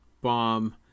bomb